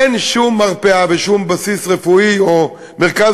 אין שום מרפאה ושום בסיס רפואי או מרכז